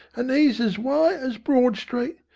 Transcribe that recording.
an' e's as wide as broad street.